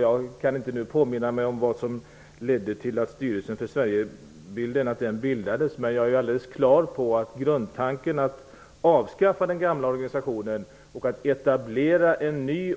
Jag kan inte nu påminna mig vad som ledde till att Styrelsen för Sverigebilden bildades, men jag är helt klar över att grundtanken att avskaffa den gamla organisationen och etablera en ny,